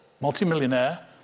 multimillionaire